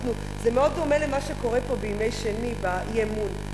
זה מאוד דומה למה שקורה פה ביום שני, באי-אמון.